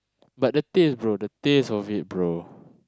but the taste the taste of it bro